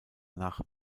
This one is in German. nach